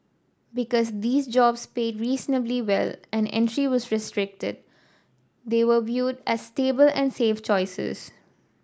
because these jobs paid reasonably well and entry was restricted they were viewed as stable and safe choices